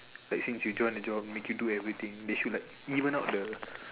let's say if you join the job make you do everything they should like even out the